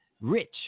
rich